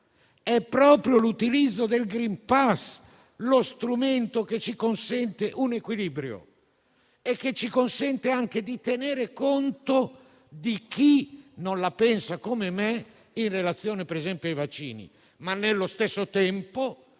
è proprio l'utilizzo del *green pass* lo strumento che ci consente un equilibrio e che ci consenta anche di tenere conto di chi non la pensa come me in relazione ai vaccini, facendosi però